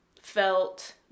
felt